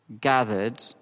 gathered